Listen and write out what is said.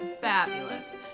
Fabulous